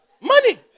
Money